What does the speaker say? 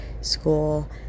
school